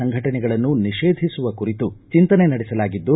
ಸಂಘಟನೆಗಳನ್ನು ನಿಷೇಧಿಸುವ ಕುರಿತು ಚಿಂತನೆ ನಡೆಸಲಾಗಿದ್ದು